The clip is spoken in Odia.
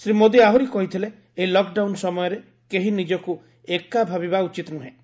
ଶ୍ରୀ ମୋଦି ଆହୁରି କହିଥିଲେ ଏହି ଲକ୍ଡାଉନ୍ ସମୟରେ କେହି ନିଜକୁ ଏକା ଭାବିବା ଉଚିତ ନୁହେଁ